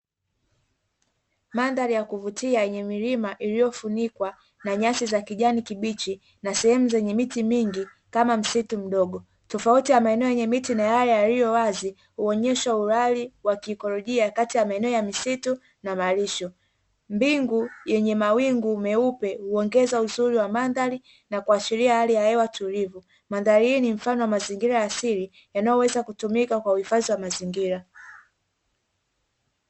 Mandhari ya kuvutia yenye milima iliyofunikwa na nyasi za kijani kibichi na sehemu zenye miti mingi kama msitu mdogo, tofauti ya maeneo yenye miti na yale yaliyo wazi huonesha ulali wa kiekolojia kati ya eneo la misitu na malisho, mbingu yenye mawingu meupe huongeza uzuri wa mandhari na kuashiria hali ya hewa tulivu, mandhari hii ni mfanonwa mazingira asili yanayoweza kutumika kuhifadhi mazingira.